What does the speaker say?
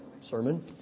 sermon